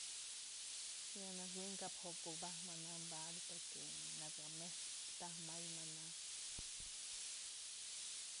Ya naxwin kap jo'ot kuka'atë mana badëp porque naka mejt's jotmay mana.